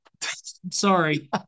Sorry